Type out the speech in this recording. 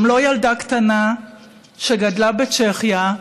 גם לא ילדה קטנה שגדלה בצ'כיה,